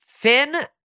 Finn